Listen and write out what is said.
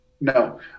no